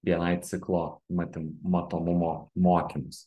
bni ciklo mati matomumo mokymus